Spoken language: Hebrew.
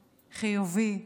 חיובי.